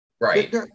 Right